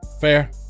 Fair